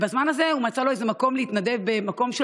בזמן הזה הוא מצא לו מקום להתנדב עם חיות.